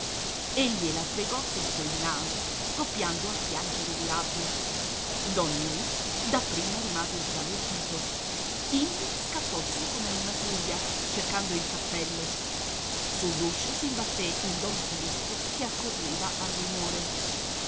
e gliela fregò sotto il naso scoppiando a piangere di rabbia don ninì da prima rimase sbalordito indi scattò su come una furia cercando il cappello sull'uscio s'imbatté in don filippo che accorreva al rumore